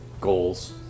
goals